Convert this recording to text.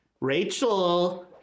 Rachel